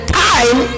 time